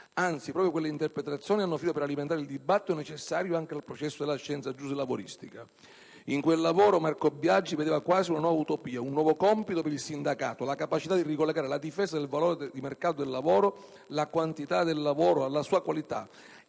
Anzi, proprio quelle interpretazioni hanno finito per alimentare il dibattito necessario anche al progresso della scienza giuslavoristica. In quel lavoro Marco Biagi vedeva quasi una nuova utopia, un nuovo compito per il sindacato, la capacità di ricollegare la difesa del valore di mercato del lavoro, la quantità del lavoro, alla sua qualità,